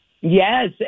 Yes